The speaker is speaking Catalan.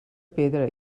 pedra